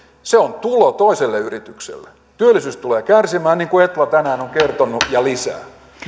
on tulo toiselle yritykselle työllisyys tulee kärsimään niin kuin etla tänään on kertonut ja lisää